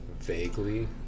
Vaguely